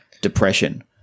depression